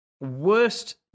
Worst